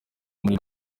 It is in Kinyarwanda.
muri